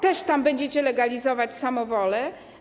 Też tam będziecie legalizować samowole?